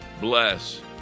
bless